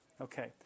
Okay